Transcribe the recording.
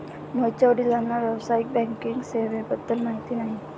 मोहितच्या वडिलांना व्यावसायिक बँकिंग सेवेबद्दल माहिती नाही